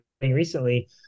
recently